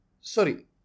sorry